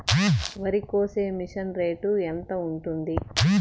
వరికోసే machine rate ఎంత ఉంటుంది?